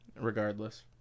regardless